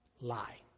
Lie